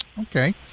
Okay